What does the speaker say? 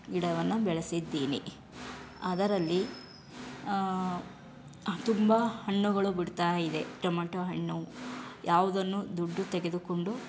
ಗಿಡವನ್ನು ಬೆಳೆಸಿದ್ದೀನಿ ಅದರಲ್ಲಿ ತುಂಬ ಹಣ್ಣುಗಳು ಬಿಡ್ತಾಯಿದೆ ಟೊಮೊಟೊ ಹಣ್ಣು ಯಾವುದನ್ನೂ ದುಡ್ಡು ತೆಗೆದುಕೊಂಡು